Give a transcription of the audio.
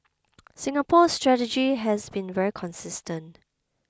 Singapore's strategy has been very consistent